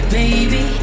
baby